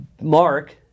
Mark